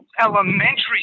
elementary